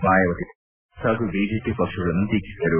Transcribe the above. ಮಾಯಾವತಿ ಮಾತನಾಡಿ ಕಾಂಗ್ರೆಸ್ ಹಾಗೂ ಬಿಜೆಪಿ ಪಕ್ಷಗಳನ್ನು ಟೀಕಿಸಿದರು